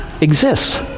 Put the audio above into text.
exists